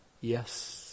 Yes